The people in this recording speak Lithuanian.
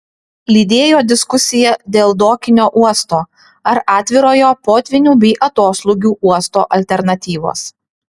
lydėjo diskusija dėl dokinio uosto ar atvirojo potvynių bei atoslūgių uosto alternatyvos